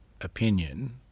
opinion